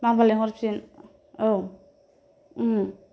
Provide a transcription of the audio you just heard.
माबार लिंहरफिन औ